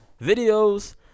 videos